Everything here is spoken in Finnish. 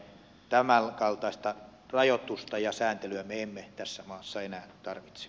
tämänkaltaista rajoitusta ja sääntelyä me emme tässä maassa enää tarvitse